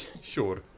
Sure